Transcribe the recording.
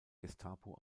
gestapo